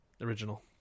original